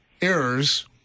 errors